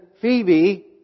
Phoebe